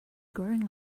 growing